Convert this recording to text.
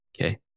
Okay